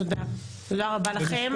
תודה רבה לכם.